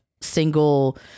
single